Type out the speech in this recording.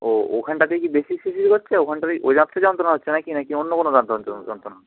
ও ওখানটাতেই কি বেশি শিরশির করছে ওখানটাতেই ওই দাঁতটাতেই যন্ত্রণা হচ্ছে না কি না কি অন্য কোনো দাঁতে যন্ত্রণা